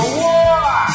war